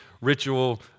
ritual